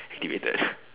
activated